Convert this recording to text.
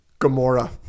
Gamora